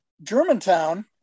germantown